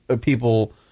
people